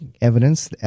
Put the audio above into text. evidence